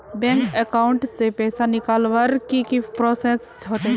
Bank account से पैसा निकालवर की की प्रोसेस होचे?